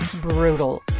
brutal